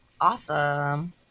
Awesome